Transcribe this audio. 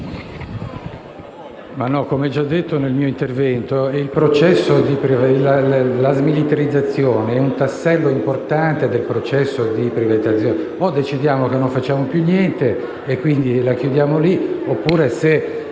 ho già detto nel mio intervento, la smilitarizzazione è un tassello importante del processo di privatizzazione. O decidiamo che non facciamo più niente e chiudiamo la questione, oppure, se